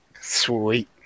Sweet